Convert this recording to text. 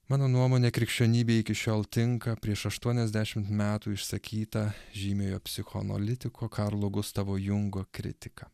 mano nuomone krikščionybė iki šiol tinka prieš aštuoniasdešimt metų išsakyta žymiojo psichoanalitiko karlo gustavo jungo kritika